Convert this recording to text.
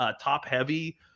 top-heavy